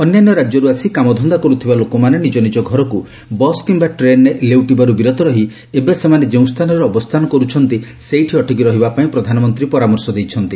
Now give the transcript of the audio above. ଅନ୍ୟାନ୍ୟ ରାଜ୍ୟରୁ ଆସି କାମଧନ୍ଦା କରୁଥିବା ଲୋକମାନେ ନିକ ନିଜ ଘରକୁ ବସ୍ କିମ୍ବା ଟ୍ରେନରେ ଲେଉଟିବାର୍ତ ବିରତ ରହି ଏବେ ସେମାନେ ଯେଉଁ ସ୍ଥାନରେ ଅବସ୍ଥାନ କର୍ରଛନ୍ତି ସେଇଠି ଅଟକି ରହିବା ପାଇଁ ପ୍ରଧାନମନ୍ତ୍ରୀ ପରାମର୍ଶ ଦେଇଛନ୍ତି